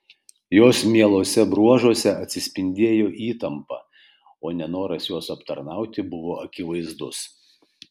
jos mieluose bruožuose atsispindėjo įtampa o nenoras juos aptarnauti buvo akivaizdus